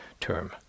term